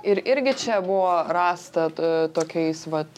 ir irgi čia buvo rasta to tokiais vat